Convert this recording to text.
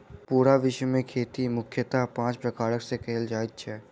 पूरा विश्व मे खेती मुख्यतः पाँच प्रकार सॅ कयल जाइत छै